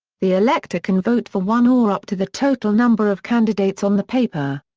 the elector can vote for one or up to the total number of candidates on the paper.